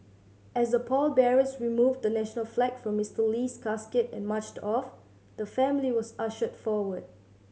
as the pallbearers removed the national flag from Mister Lee's casket and marched off the family was ushered forward